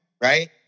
Right